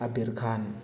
ꯑꯕꯤꯔ ꯈꯥꯟ